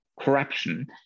corruption